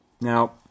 Now